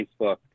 Facebook